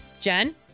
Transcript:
Jen